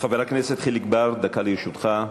חבר הכנסת חיליק בר, דקה לרשותך.